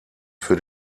für